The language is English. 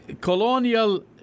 Colonial